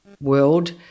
world